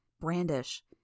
Brandish